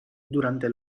durante